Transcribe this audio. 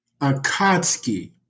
Akatsuki